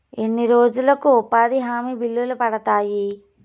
ఎన్ని రోజులకు ఉపాధి హామీ బిల్లులు పడతాయి?